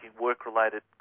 work-related